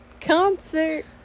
concert